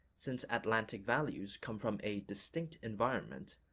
since atlantic values come from a distinct environment,